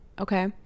okay